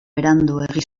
beranduegi